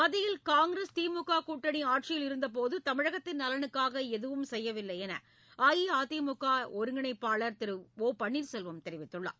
மத்தியில் காங்கிரஸ் திமுக கூட்டணி ஆட்சியிலிருந்த போது தமிழகத்தின் நலனுக்காக எதுவும் செய்யவில்லை என அஇஅதிமுக ஒருங்கிணைப்பாளர் திரு ஒ பன்னீர்செல்வம் தெரிவித்துள்ளார்